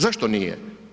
Zašto nije?